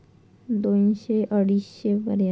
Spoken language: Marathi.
सोयाबीनचो भाव काय आसा?